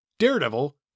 Daredevil